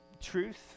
truth